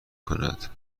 کند